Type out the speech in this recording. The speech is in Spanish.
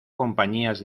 compañías